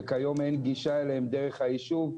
שכיום אין גישה אליהם דרך היישוב,